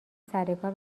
سرکار